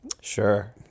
Sure